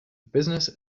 business